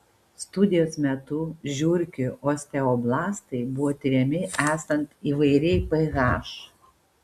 studijos metu žiurkių osteoblastai buvo tiriami esant įvairiai ph